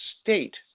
state